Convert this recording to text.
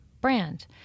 brand